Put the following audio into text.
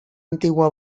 antigua